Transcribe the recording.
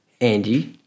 Andy